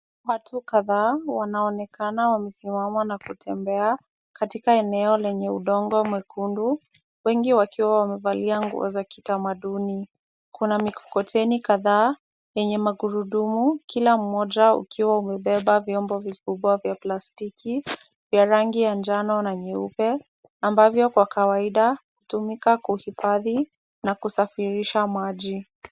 Watu kadha wanaonekana wamesimama na kutembea katika eneo lenye udongo mwekundu, wengi wakiwa wamevalia nguo za kitamanduni. Kuna mikokoteni kadha yenye magurudumu, kila mmoja ukiwa umebeba vyombo vikubwa vya plastiki vya rangi ya njano na nyeupe, ambavyo kwa kawaida hutumika kuhifadhi na kusafirisha maji.